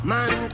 Man